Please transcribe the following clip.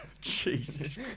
Jesus